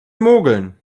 mogeln